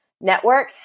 Network